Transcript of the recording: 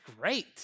great